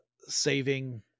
saving